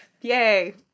Yay